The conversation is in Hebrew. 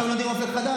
עכשיו מצמידים את החוק.